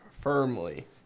firmly